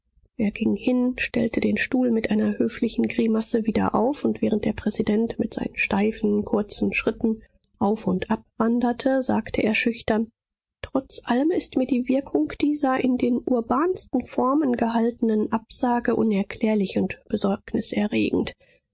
er ging hin stellte den stuhl mit einer höflichen grimasse wieder auf und während der präsident mit seinen steifen kurzen schritten auf und ab wanderte sagte er schüchtern trotz allem ist mir die wirkung dieser in den urbansten formen gehaltenen absage unerklärlich und besorgniserregend